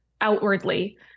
outwardly